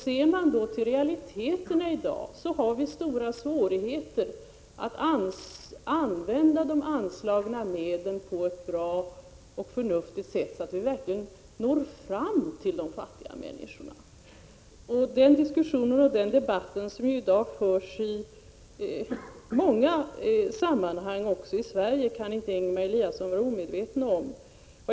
Ser man då till realiteterna i dag är svårigheterna stora att använda de anslagna medlen på ett bra och förnuftigt sätt, så att de verkligen når fram till de fattiga människorna. Den debatt som i dag förs i många sammanhang också i Sverige kan Ingemar Eliasson inte vara omedveten om.